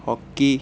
hockey